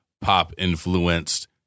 pop-influenced